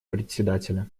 председателя